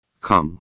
Come